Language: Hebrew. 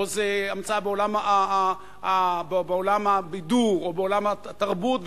פה זה המצאה בעולם הבידור או בעולם התרבות,